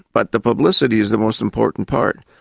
but the publicity is the most important part.